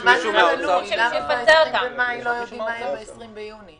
למה ב-20 במאי עוד לא יודעים מה יהיה ב-20 ביוני?